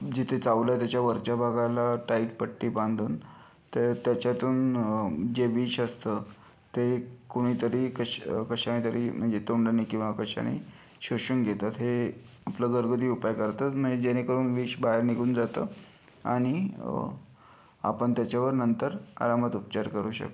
जिथे चावलंय त्याच्या वरच्या भागाला टाइट पट्टी बांधून ते त्याच्यातून जे विष असतं ते कोणीतरी कश कशाने तरी म्हणजे तोंडानी किंवा कशाने शोषून घेतात हे आपलं घरगुती उपाय करतात म्हणजे जेणेकरून विष बाहेर निघून जातं आणि आपण त्याच्यावर नंतर आरामात उपचार करू शकतो